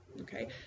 Okay